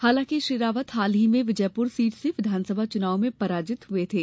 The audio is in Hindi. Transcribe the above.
हालांकि श्री रावत हाल ही में विजयपुर सीट से विधानसभा चुनाव में पराजित हुए थे